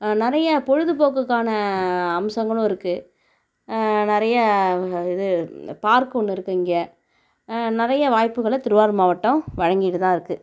நிறையா பொழுதுபோக்குக்கான அம்சங்களும் இருக்குது நிறையா இது பார்க் ஒன்று இருக்குது இங்கே நிறைய வாய்ப்புகளை திருவாரூர் மாவட்டம் வழங்கிட்டு தான் இருக்குது